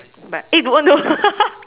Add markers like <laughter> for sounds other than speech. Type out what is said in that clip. but eh don't no <laughs>